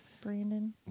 Brandon